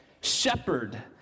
Shepherd